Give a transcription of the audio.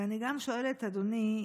ואני גם שואלת, אדוני,